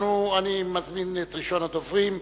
אני מזמין את ראשון הדוברים,